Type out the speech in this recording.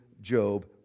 Job